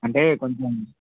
అంటే కొంచెం